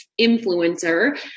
influencer